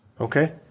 Okay